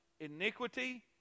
Iniquity